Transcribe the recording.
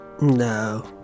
no